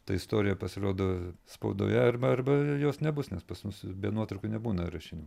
ta istorija pasirodo spaudoje arba arba jos nebus nes pas mus be nuotraukų nebūna rašinių